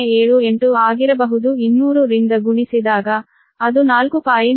02078 ಆಗಿರಬಹುದು 200 ರಿಂದ ಗುಣಿಸಿದಾಗ ಅದು 4